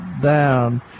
down